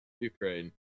ukraine